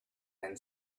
man